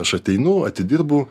aš ateinu atidirbu